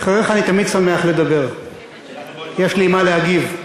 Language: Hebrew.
אחריך אני תמיד שמח לדבר, כי יש לי מה להגיב.